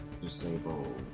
disable